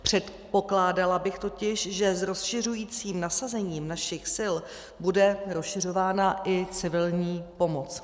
Předpokládala bych totiž, že s rozšiřujícím se nasazením našich sil bude rozšiřována i civilní pomoc.